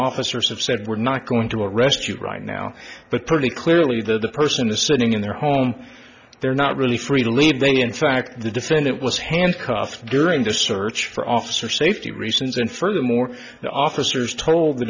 officers have said we're not going to arrest you right now but the really clearly that the person is sitting in their home they're not really free to leave they in fact the defendant was handcuffed during the search for officer safety reasons and furthermore the officers told the